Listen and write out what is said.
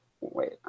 Wait